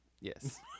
yes